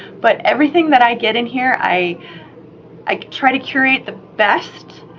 but everything that i get in here, i i try to curate the best.